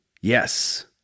Yes